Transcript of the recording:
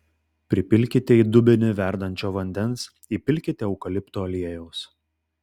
pripilkite į dubenį verdančio vandens įpilkite eukalipto aliejaus